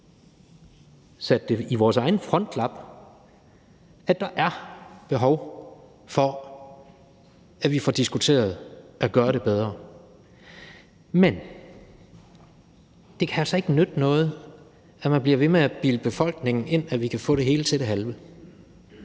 sat det ind på vores egen frontallap, at der er behov for, at vi får diskuteret, hvordan vi kan gøre det bedre. Men det kan altså ikke nytte noget, at man bliver ved med at bilde befolkningen ind, at vi kan få det hele til det halve.